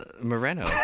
Moreno